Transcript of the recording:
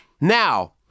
Now